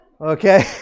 Okay